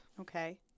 Okay